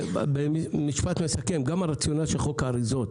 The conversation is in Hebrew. משפט מסכם, גם הרציונל של חוק האריזות